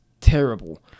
terrible